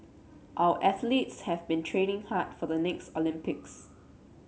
our athletes have been training hard for the next Olympics